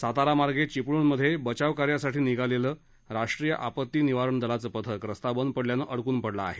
सातारा मार्गे चिपळूणमध्ये बचाव कार्यासाठी निघालेलं राष्ट्रीय आपत्ती निवारण दलाचं पथक रस्ता बंद झाल्यानं अङकून पडलं आहे